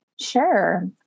Sure